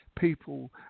people